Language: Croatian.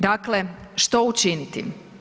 Dakle, što učiniti.